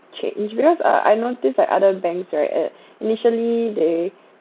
trade ini~ uh I noticed that other banks right uh initially they